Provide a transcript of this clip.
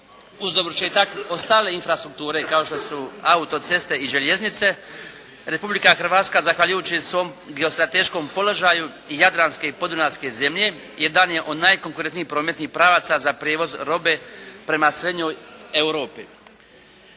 uz dovršetak ostale infrastrukture kao što su auto-ceste i željeznice Republika Hrvatska zahvaljujući svom geostrateškom položaju jadranske i podunavske zemlje jedan je od najkonkurentnijih prometnih pravaca za prijevoz robe prema srednjoj Europi.